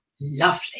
Lovely